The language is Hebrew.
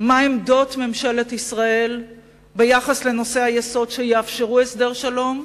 מה עמדות ממשלת ישראל ביחס לנושאי היסוד שיאפשרו הסדר שלום.